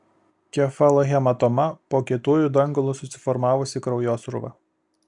kefalohematoma po kietuoju dangalu susiformavusi kraujosrūva